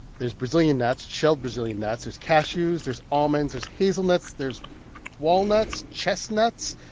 there's brazillian nuts shelled brazilian nuts. there's cashews. there's almonds. there's hazelnuts. there's walnuts, chestnuts,